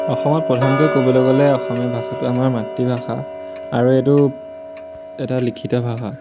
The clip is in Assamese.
অসমত প্ৰধানকৈ ক'বলৈ গ'লে অসমীয়া ভাষাটো আমাৰ মাতৃভাষা আৰু এইটো এটা লিখিত ভাষা